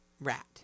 rat